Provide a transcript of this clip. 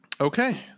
Okay